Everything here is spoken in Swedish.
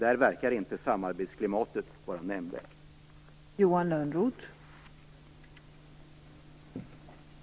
Där verkar inte samarbetsklimatet vara nämnvärt gott.